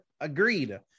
agreed